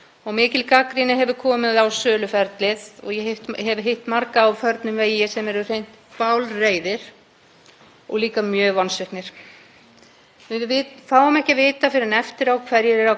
fáum ekki að vita fyrr en eftir á hverjir eru að kaupa bankann sem við eignuðumst nauðbeygð með töluverðum fórnum eftir stjörnuvitlausa vanstjórn þáverandi eigenda.